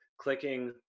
clicking